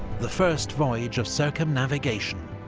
the first voyage of circumnavigation,